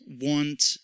want